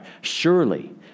Surely